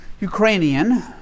Ukrainian